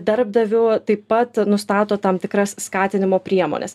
darbdaviu taip pat nustato tam tikras skatinimo priemones